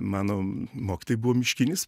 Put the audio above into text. mano mokytojai buvo miškinis